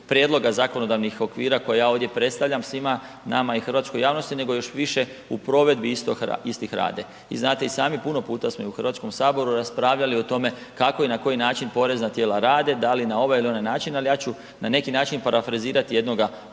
prijedloga zakonodavnih okvira koje ja ovdje predstavljam svima nama i hrvatskoj javnosti, nego još više u provedbi istih rade i znate i sami, puno puta smo i u HS-u raspravljali o tome kako i na koji način porezna tijela rade, da li na ovaj ili onaj način, ali ja ću na neki način parafrazirati jednoga poreznog